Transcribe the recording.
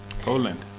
Poland